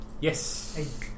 Yes